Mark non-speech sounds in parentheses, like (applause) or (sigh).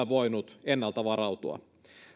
(unintelligible) voinut ennalta varautua